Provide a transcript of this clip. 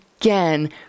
again